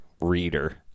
reader